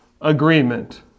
agreement